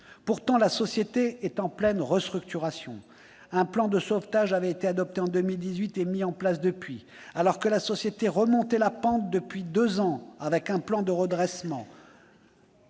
Pourtant, la société est en pleine restructuration. Un plan de sauvetage a été adopté en 2018 et mis en place depuis lors. Alors que Presstalis remonte la pente depuis deux ans, avec un plan de redressement